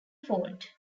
fault